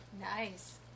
nice